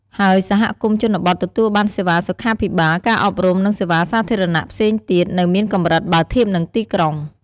ហើយសហគមន៍ជនបទទទួលបានសេវាសុខាភិបាល ការអប់រំ និងសេវាសាធារណៈផ្សេងទៀតនៅមានកម្រិតបើធៀបនឹងទីក្រុង។